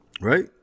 Right